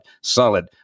Solid